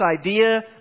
idea